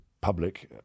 public